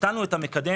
הקטנו את המקדם,